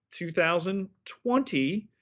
2020